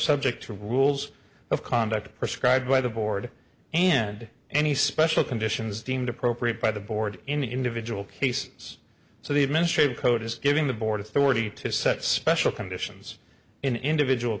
subject to rules of conduct a prescribed by the board and any special conditions deemed appropriate by the board in individual cases so the administrative code is giving the board authority to set special conditions in individual